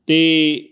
ਅਤੇ